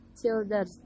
children